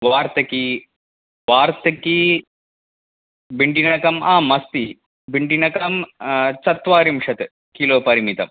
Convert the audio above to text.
वार्तकी वार्तिकी बिण्डिनकम् आम् अस्ति बिण्डिनकं चत्वारिंशत् किलो परिमितम्